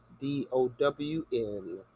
d-o-w-n